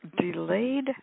delayed